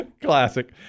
classic